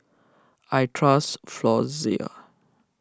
I trust Floxia